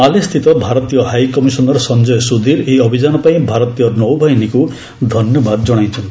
ମାଲେ ସ୍ଥିତ ଭାରତୀୟ ହାଇକମିଶନର ସଂଜୟ ସ୍ରଧୀର ଏହି ଅଭିଯାନ ପାଇଁ ଭାରତୀୟ ନୌବାହିନୀକୁ ଧନ୍ୟବାଦ ଜଣାଇଛନ୍ତି